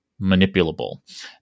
manipulable